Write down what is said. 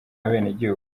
abenegihugu